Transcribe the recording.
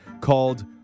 called